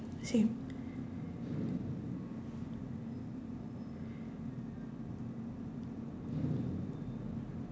same